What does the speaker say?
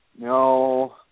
no